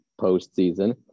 postseason